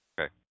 Okay